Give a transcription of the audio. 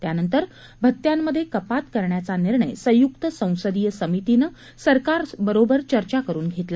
त्यानंतर भत्यांमधे कपात करण्याचा निर्णय संयुक संसदीय समितीने सरकारबरोबर चर्चा करुन घेतला